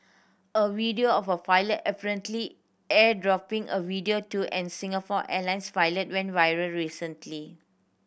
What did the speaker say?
a video of a pilot apparently airdropping a video to an Singapore Airlines pilot went viral recently